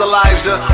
Elijah